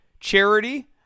Charity